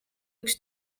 üks